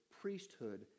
priesthood